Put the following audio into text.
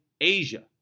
Asia